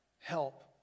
help